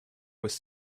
was